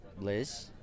Liz